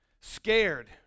Scared